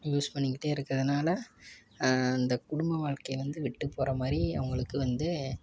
use பண்ணிகிட்டே இருக்கிறதுனால இந்த குடும்ப வாழ்க்கைய வந்து விட்டு போகறமாரி அவங்களுக்கு வந்து